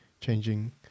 changing –